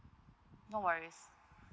no worries